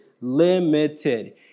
limited